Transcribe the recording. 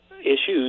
issues